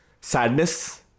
sadness